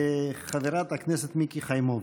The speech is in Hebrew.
חברת הכנסת מיקי חיימוביץ'.